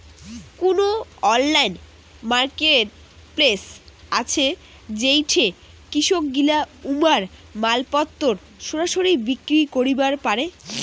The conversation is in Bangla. কুনো অনলাইন মার্কেটপ্লেস আছে যেইঠে কৃষকগিলা উমার মালপত্তর সরাসরি বিক্রি করিবার পারে?